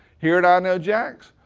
here at i know jax,